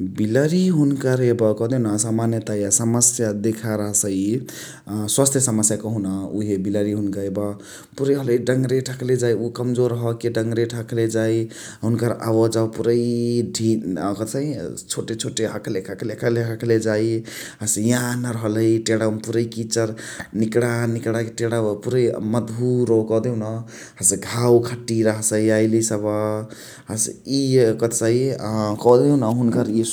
बिलरी हुनुकर यब कह्देउन सामान्यतय समस्या देखार हसइ स्वास्थ्य कहुन उहे बिलरी हुनुकर यब पुरै हलही डङरेठ हखले जाइ कम्जोर हख्के डङरेठ हक्जले जाइ । हुनुकर आवाजावा पुरै चोटे चोटे हखलेक हखले हखलेक हखले हखलेक हखले जाइ हसे यान्हर हलइ टेणवामा पुरै किचर निकणा निकणके निकणवा पुरै मधुरो कह्देउन हसे घाउ खटिरा हसइ याइली सभ हसे इय कथिकहसइ खदेउन